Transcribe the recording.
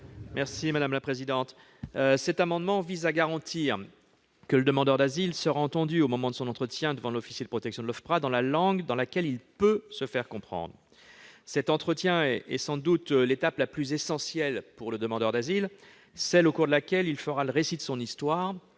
M. Didier Marie. Cet amendement vise à garantir que le demandeur d'asile sera entendu, au moment de son entretien devant l'officier de protection de l'OFPRA, dans la langue dans laquelle il peut se faire comprendre. Cet entretien est sans doute l'étape la plus essentielle pour le demandeur d'asile, celle au cours de laquelle il fera le récit de son histoire,